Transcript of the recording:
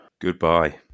Goodbye